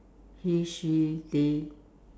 he she they